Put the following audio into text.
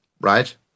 Right